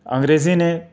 انگریزی نے